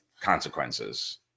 consequences